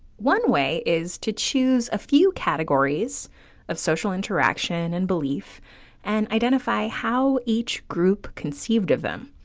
one way is to choose a few categories of social interaction and belief and identify how each group conceived of them.